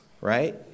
right